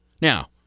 Now